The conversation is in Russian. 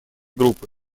группы